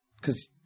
Cause